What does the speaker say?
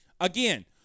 Again